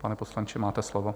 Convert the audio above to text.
Pane poslanče, máte slovo.